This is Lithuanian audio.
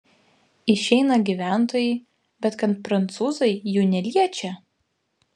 išeina gyventojai bet kad prancūzai jų neliečią